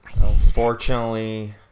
Unfortunately